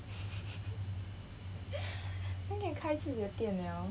then can 开自己的店 liao